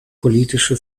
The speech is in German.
politische